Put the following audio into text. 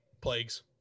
plagues